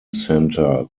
center